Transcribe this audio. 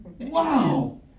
Wow